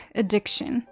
addiction